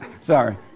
Sorry